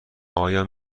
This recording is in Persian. آیا